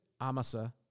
Amasa